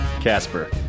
Casper